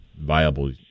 viable